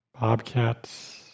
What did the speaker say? bobcats